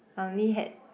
I only had